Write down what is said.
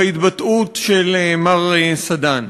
בהתבטאות של מר סדן.